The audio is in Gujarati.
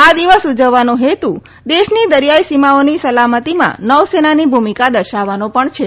આ દિવસ ઉજવવાનો હેતુ દેશની દરિયાઇ સીમાઓની સલામતીમાં નૌસેનાની ભૂમિકાને દર્શાવવાનો પણ છે